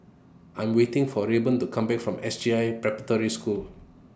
I'm waiting For Rayburn to Come Back from S J I Preparatory School